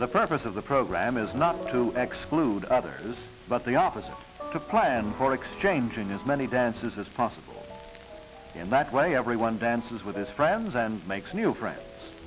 the purpose of the program is not to x clued others but the opposite to plan for exchanging as many dances as possible in that way everyone dances with his friends and makes new friends